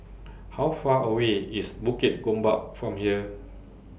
How Far away IS Bukit Gombak from here